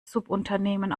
subunternehmen